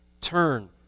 turn